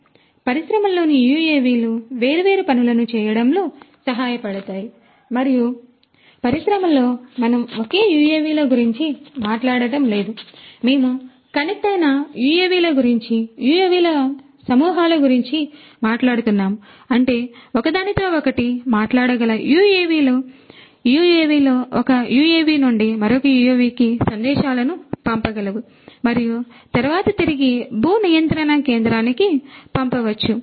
కాబట్టి పరిశ్రమలోని యుఎవిలు వేర్వేరు పనులను చేయడంలో సహాయపడతాయి మరియు పరిశ్రమలో మనం ఒకే యుఎవిల గురించి మాట్లాడటం లేదు మేము కనెక్ట్ అయిన యుఎవిల గురించి యుఎవిల సమూహాల గురించి మాట్లాడుతున్నాము అంటే ఒకదానితో ఒకటి మాట్లాడగల యుఎవిలు యుఎవిలు ఒక యుఎవి నుండి మరొక యుఎవికి సందేశాలను పంపగలవు మరియు తరువాత తిరిగి భూ నియంత్రణ కేంద్రానికి పంపవచ్చు